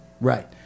right